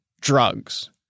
drugs